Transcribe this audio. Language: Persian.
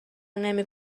نمی